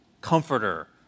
comforter